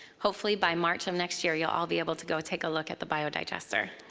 hopefully by march of next year, you'll all be able to go take a look at the biodigester.